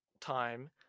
time